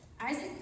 Isaac